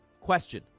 Question